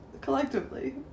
collectively